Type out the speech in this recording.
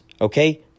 okay